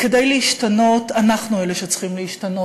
כדי להשתנות, אנחנו אלה שצריכים להשתנות.